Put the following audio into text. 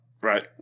Right